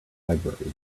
libraries